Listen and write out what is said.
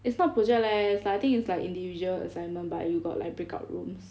it's not project leh it's like I think is like individual assignment but you got like break up rooms